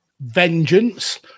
Vengeance